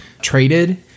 traded